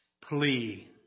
plea